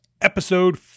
episode